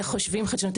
איך חושבים חדשנות,